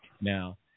Now